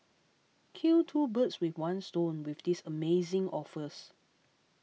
kill two birds with one stone with these amazing offers